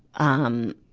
um,